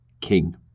king